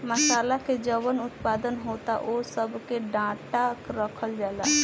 मासाला के जवन उत्पादन होता ओह सब के डाटा रखल जाता